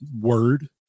word